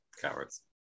Cowards